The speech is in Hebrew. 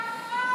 שקרן.